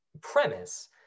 premise